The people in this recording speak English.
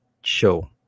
show